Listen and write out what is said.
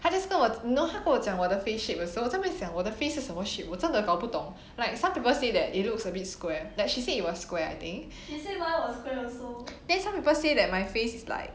她 just 跟我 you know 她跟我讲我的 face shape 的时候我在那边想我的 face 是什么 shape 我真的搞不懂 like some people say that it looks a bit square like she said it was square I think then some people say that my face is like